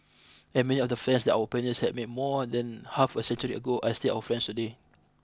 and many of the friends that our pioneers had made more than half a century ago are still our friends today